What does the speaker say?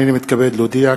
הנני מתכבד להודיע,